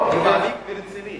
מעמיק ורציני.